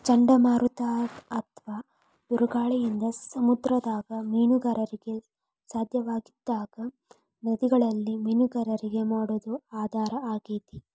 ಚಂಡಮಾರುತ ಅತ್ವಾ ಬಿರುಗಾಳಿಯಿಂದ ಸಮುದ್ರದಾಗ ಮೇನುಗಾರಿಕೆ ಸಾಧ್ಯವಾಗದಿದ್ದಾಗ ನದಿಗಳಲ್ಲಿ ಮೇನುಗಾರಿಕೆ ಮಾಡೋದು ಆಧಾರ ಆಗೇತಿ